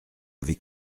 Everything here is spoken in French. avait